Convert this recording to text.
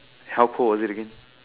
how cold is it again